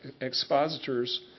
expositors